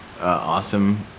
awesome